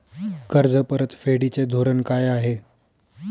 कर्ज परतफेडीचे धोरण काय आहे?